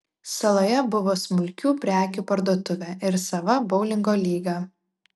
saloje buvo smulkių prekių parduotuvė ir sava boulingo lyga